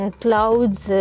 clouds